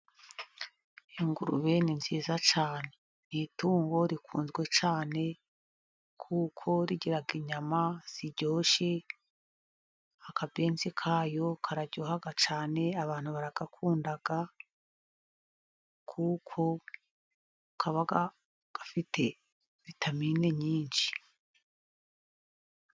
Ingurube ni nziza cyane n'itungo rikunzwe cyane, kuko rigira inyama ziryoshye, akabenzi kayo kararyoha cyane abantu baragakunda, kuko kaba gafite vitamine nyinshi.